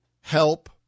help